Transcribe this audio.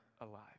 alive